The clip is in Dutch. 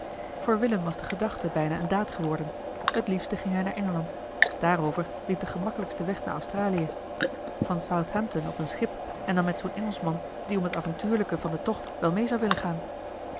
voor willem was de gedachte bijna eene daad geworden t liefste ging hij naar engeland daarover liep de gemakkelijkste weg naar australië van southampton op een schip en dan met zoo'n engelschman die om t avontuurlijke van den tocht wel mee zou willen gaan